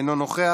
אינו נוכח,